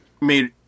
made